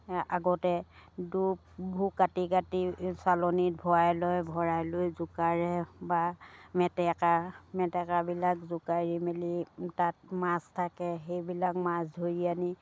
আগতে বোৰ কাটি কাটি চালনিত ভৰাই লয় ভৰাই লৈ জোকাৰে বা মেটেকা মেটেকাবিলাক জোকাৰি মেলি তাত মাছ থাকে সেইবিলাক মাছ ধৰি আনি